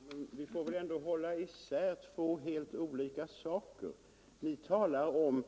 Fru talman! Vi får väl ändå hålla isär två helt olika saker. Vi talar om